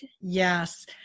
Yes